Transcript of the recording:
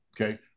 okay